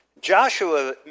Joshua